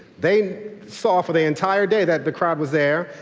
they saw for the entire day that the crowd was there,